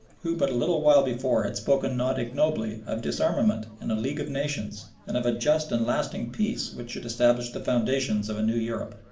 who but a little while before had spoken not ignobly of disarmament and a league of nations and of a just and lasting peace which should establish the foundations of a new europe.